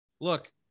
Look